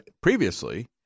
previously